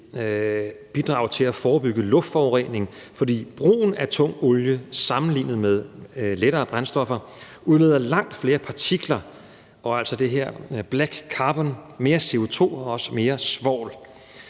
bidrage til at forebygge luftforurening, fordi brugen af tung olie sammenlignet med lettere brændstoffer udleder langt flere partikler og det her black carbon og mere CO2 og også mere svovl.